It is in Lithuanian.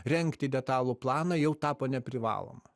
rengti detalų planą jau tapo neprivaloma